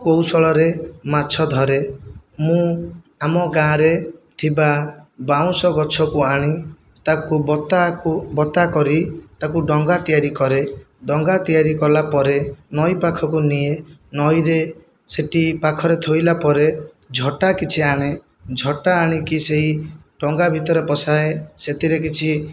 କୌଶଳରେ ମାଛ ଧରେ ମୁଁ ଆମ ଗାଁରେ ଥିବା ବାଉଁଶ ଗଛକୁ ହାଣି ତାକୁ ବତାକୁ ବତା କରି ତାକୁ ଡଙ୍ଗା ତିଆରି କରେ ଡଙ୍ଗା ତିଆରି କଲା ପରେ ନଈ ପାଖକୁ ନିଏ ନଈରେ ସେଠି ପାଖରେ ଥୋଇଲା ପରେ ଝଟା କିଛି ଆଣେ ଝଟା ଆଣିକି ସେହି ଡଙ୍ଗା ଭିତରେ ବସାଏ ସେଥିରେ କିଛି